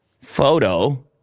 photo